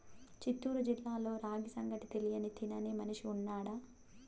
చిత్తూరు జిల్లాలో రాగి సంగటి తెలియని తినని మనిషి ఉన్నాడా